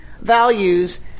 values